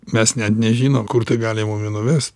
mes net nežinom kur tai gali nuvest